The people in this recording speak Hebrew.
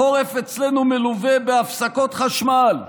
החורף אצלנו מלווה בהפסקות חשמל.